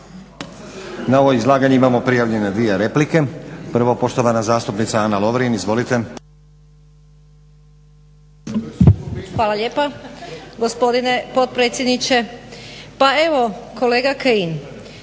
Na ovo izlaganje imamo prijavljene dvije replike. Prvo, poštovana zastupnica Ana Lovrin. Izvolite. **Lovrin, Ana (HDZ)** Hvala lijepa gospodine potpredsjedniče. Pa evo, kolega Kajin